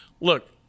look